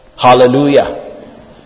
Hallelujah